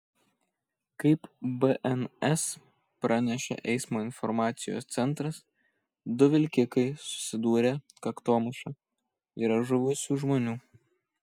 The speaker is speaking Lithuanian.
kaip bns pranešė eismo informacijos centras du vilkikai susidūrė kaktomuša yra žuvusių žmonių